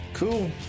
Cool